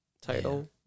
title